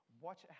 watch